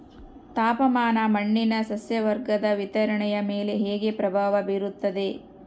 ತಾಪಮಾನ ಮಣ್ಣಿನ ಸಸ್ಯವರ್ಗದ ವಿತರಣೆಯ ಮೇಲೆ ಹೇಗೆ ಪ್ರಭಾವ ಬೇರುತ್ತದೆ?